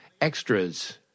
extras